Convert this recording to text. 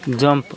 jump